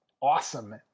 awesome